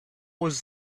was